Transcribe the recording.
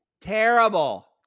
terrible